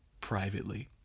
privately